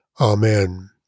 Amen